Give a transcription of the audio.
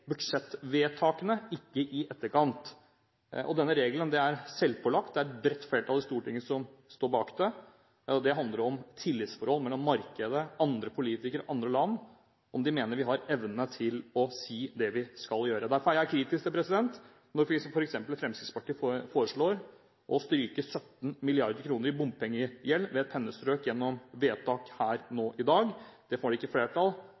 budsjettvedtakene, ikke i etterkant. Denne regelen er selvpålagt. Det er et bredt flertall i Stortinget som står bak den. Det handler om tillitsforhold mellom markedet, andre politikere og andre land, om de mener vi har evne til å si det vi skal gjøre. Derfor er jeg kritisk når f.eks. Fremskrittspartiet foreslår å stryke 17 mrd. kr i bompengegjeld med et pennestrøk gjennom vedtak her i dag. Det får ikke flertall.